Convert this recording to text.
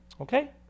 Okay